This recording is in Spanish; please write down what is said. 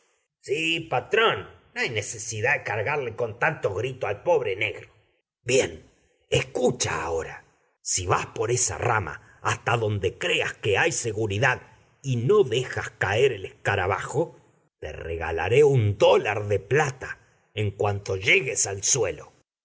sí patrón no hay necesidad de cargarle con tanto grito al pobre negro bien escucha ahora si vas por esa rama hasta donde creas que hay seguridad y no dejas caer el escarabajo te regalaré un dólar de plata en cuanto llegues al suelo